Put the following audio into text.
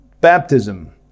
Baptism